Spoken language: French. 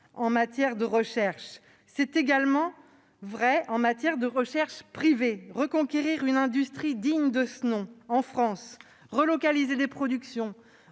en matière de recherche. C'est également vrai en matière de recherche privée. Reconquérir une industrie digne de ce nom en France, relocaliser des productions,